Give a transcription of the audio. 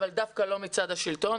אבל דווקא לא מצד השלטון,